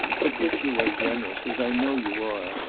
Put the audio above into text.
but if you are generous, as i know you are,